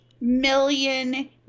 million